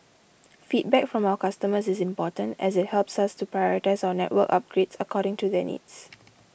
feedback from our customers is important as it helps us to prioritise our network upgrades according to their needs